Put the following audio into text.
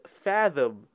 fathom